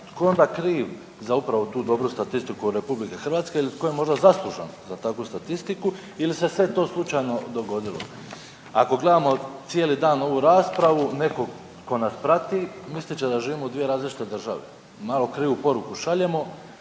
tko je onda kriv za upravo tu dobru statistiku RH ili tko je možda zaslužan za takvu statistiku ili se sve to slučajno dogodilo. Ako gledamo cijeli dan ovu raspravu netko tko nas prati mislit će da živimo u dvije različite države. Malo krivu poruku šaljemo.